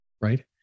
right